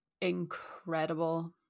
incredible